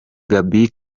gaby